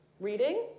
reading